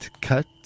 cut